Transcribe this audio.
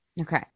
Okay